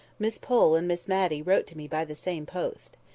miss pole and miss matty wrote to me by the same post.